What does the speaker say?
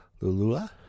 Lulua